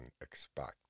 expect